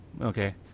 okay